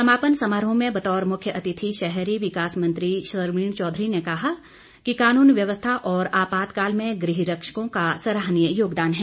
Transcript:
समापन समारोह में बतौर मुख्यातिथि शहरी विकास मंत्री सरवीण चौधरी ने कहा कि कानून व्यवस्था और आपातकाल में गृह रक्षकों का सराहनीय योगदान है